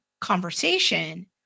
conversation